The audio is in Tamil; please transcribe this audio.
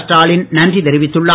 ஸ்டாலின் நன்றி தெரிவித்துள்ளார்